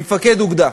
עם מפקד אוגדה.